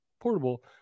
portable